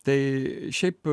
tai šiaip